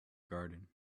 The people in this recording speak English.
garden